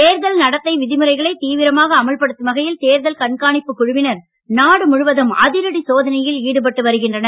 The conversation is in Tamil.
தேர்தல் சோதனை விவரங்கள் தேர்தல் நடத்தை விதிமுறைகளை தீவிரமாக அமல்படுத்தும் வகையில் தேர்தல் கண்காணிப்புக் குழுவினர் நாடு முழுவதும் அதிரடி சோதனையில் ஈடுபட்டு வருகின்றனர்